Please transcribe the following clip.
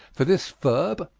for this verb,